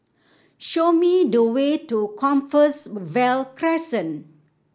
show me the way to Crescent